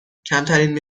کمترین